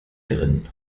drin